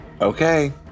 Okay